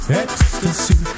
ecstasy